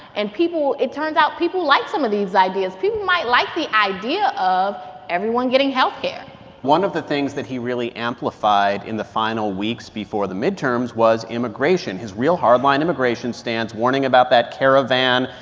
and people it turns out people like some of these ideas. people might like the idea of everyone getting health care one of the things that he really amplified in the final weeks before the midterms was immigration, his real hard-line immigration stance warning about that caravan,